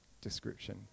description